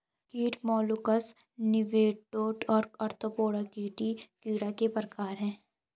कीट molluscs nematode और arthropoda कृषि कीट के प्रकार हैं